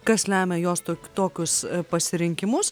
kas lemia jos tok tokius pasirinkimus